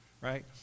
right